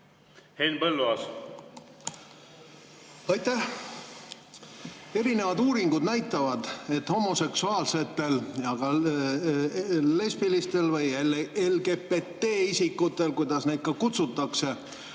Henn Põlluaas. Aitäh! Erinevad uuringud näitavad, et homoseksuaalsetel, lesbilistel või LGBT-isikutel, kuidas neid ka kutsutakse,